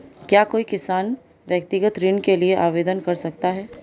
क्या कोई किसान व्यक्तिगत ऋण के लिए आवेदन कर सकता है?